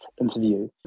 interview